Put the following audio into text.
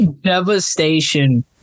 Devastation